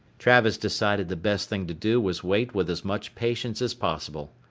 travis decided the best thing to do was wait with as much patience as possible.